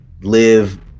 live